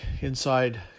inside